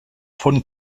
von